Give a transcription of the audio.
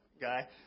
guy